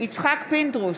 יצחק פינדרוס,